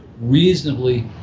reasonably